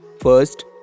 First